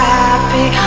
happy